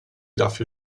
dafür